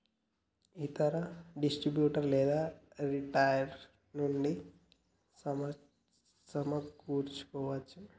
ఇతర డిస్ట్రిబ్యూటర్ లేదా రిటైలర్ నుండి సమకూర్చుకోవచ్చా?